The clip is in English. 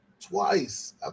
twice